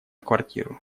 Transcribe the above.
квартиру